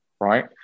right